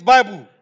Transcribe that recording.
Bible